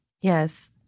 Yes